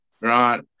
right